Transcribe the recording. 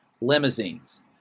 Limousines